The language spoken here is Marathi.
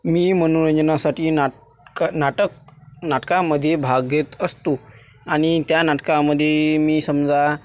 मी मनोरंजनासाठी नाटकं नाटक नाटकामध्ये भाग घेत असतो आणि त्या नाटकामध्ये मी समजा